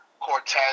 Cortez